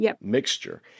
mixture